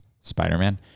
Spider-Man